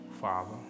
Father